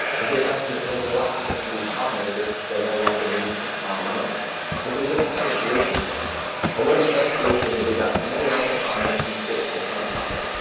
and so the question becomes what happens to these farmers if they no longer need to farm animals? and so there's a couple of solutions to that and one of the first solutions would be that many animal farmers can switch to plant farming.